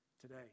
today